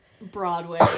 Broadway